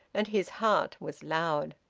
and his heart was loud.